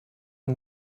and